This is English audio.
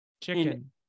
chicken